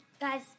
Guys